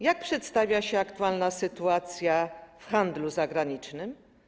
Jak przedstawia się aktualna sytuacja w handlu zagranicznym?